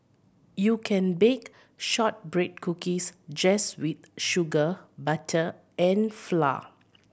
you can bake shortbread cookies just with sugar butter and flour